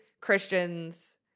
Christians